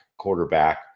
Quarterback